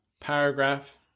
paragraph